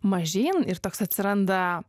mažyn ir toks atsiranda